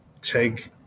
take